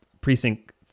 Precinct